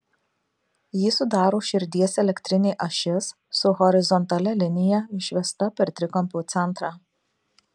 jį sudaro širdies elektrinė ašis su horizontalia linija išvesta per trikampio centrą